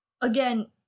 again